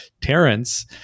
Terrence